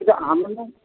কিন্তু